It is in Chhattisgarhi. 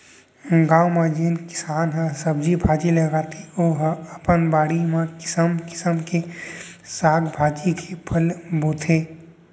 गाँव म जेन किसान ह सब्जी भाजी लगाथे ओ ह अपन बाड़ी म किसम किसम के साग भाजी के फसल बोथे